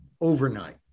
overnight